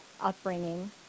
upbringing